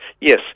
Yes